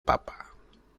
papa